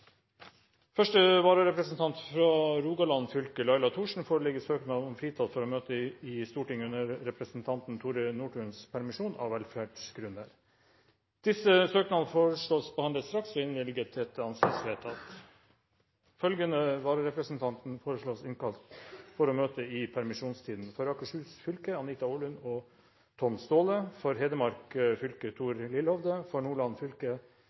første vararepresentant for Rogaland fylke, Laila Thorsen, foreligger søknad om fritak for å møte i Stortinget under representanten Tore Nordtuns permisjon, av velferdsgrunner. Denne søknad foreslås behandlet straks og innvilget. – Det anses vedtatt. Følgende vararepresentanter innkalles for å møte i permisjonstiden: For Akershus fylke: Anita Orlund og Tom Staahle For Hedmark fylke: Thor Lillehovde For Nordland fylke: